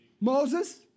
Moses